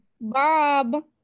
Bob